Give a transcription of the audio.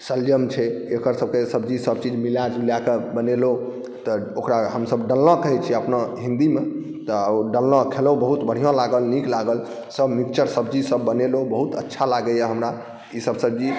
शलगम छै एकर सबके सब्जीसब छै सबचीज मिलाजुलाके बनेलहुँ तब ओकरा हमसब डालना कहै छिए अपना हिन्दीमे तऽ ओ बढ़िआँ खेनाइ अइ बहुत बढ़िआँ लागल नीक लागल सब मिक्सचर सब्जीसब बनेलहुँ बहुत अच्छा लागैए हमरा ईसब सब्जी